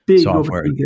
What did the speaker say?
software